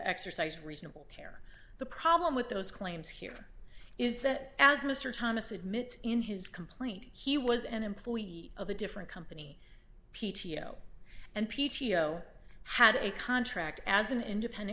exercise reasonable care the problem with those claims here is that as mr thomas admits in his complaint he was an employee of a different company p t o and p t o had a contract as an independent